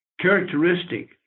characteristic